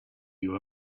you